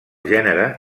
gènere